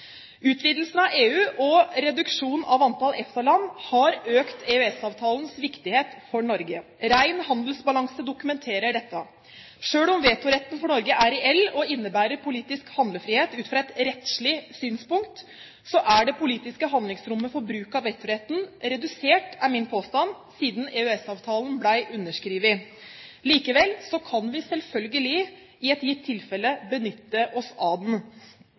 Utvidelsen av EU og reduksjonen av antall EFTA-land har økt EØS-avtalens viktighet for Norge. Ren handelsbalanse dokumenterer dette. Selv om vetoretten for Norge er reell og innebærer politisk handlefrihet ut fra et rettslig synspunkt, er det politiske handlingsrommet for bruk av vetoretten redusert – det er min påstand – siden EØS-avtalen ble underskrevet. Likevel kan vi selvfølgelig, i et gitt tilfelle, benytte oss av den.